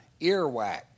earwax